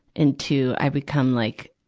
into, i become like,